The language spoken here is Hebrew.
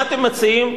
מה אתם מציעים?